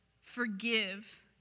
forgive